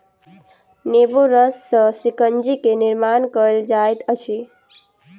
नेबो रस सॅ शिकंजी के निर्माण कयल जाइत अछि